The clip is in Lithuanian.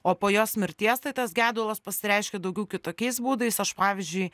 o po jos mirties tai tas gedulas pasireiškė daugiau kitokiais būdais aš pavyzdžiui